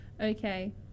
okay